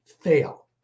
fail